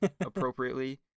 appropriately